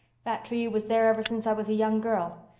that tree was there ever since i was a young girl.